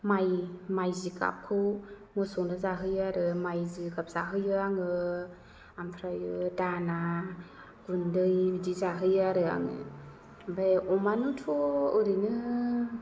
माइ जिगाबखौ मोसौनो जाहोयो आरो माइ जिगाब जाहोयो आङो ओमफ्राय दाना गुन्दै बिदि जाहोयो आरो आङो ओमफ्राय अमानोथ' ओरैनो